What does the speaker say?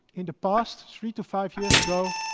in the past three to five years ago,